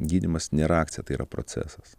gydymas nėra akcija tai yra procesas